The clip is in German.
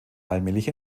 allmählich